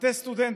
מטה סטודנטים.